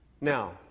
Now